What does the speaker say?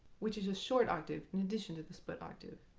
which is a short octave in addition to the split octave.